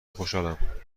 خوشحالم